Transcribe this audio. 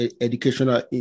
educational